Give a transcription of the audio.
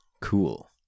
cool